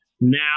Now